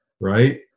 Right